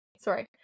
sorry